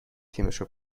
تیمشو